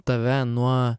tave nuo